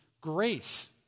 grace